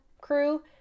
crew